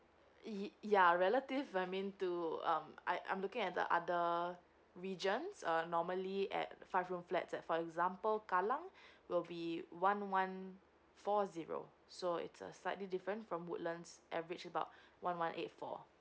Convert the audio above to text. ya relative I mean to um I I'm looking at the other regions uh normally at five room flat for example kallang will be one one four zero so it's a slightly different from woodlands average about one one eight four